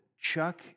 Chuck